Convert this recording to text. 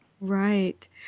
Right